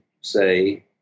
say